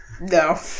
No